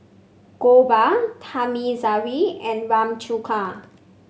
Gopal Thamizhavel and Ramchundra